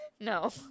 No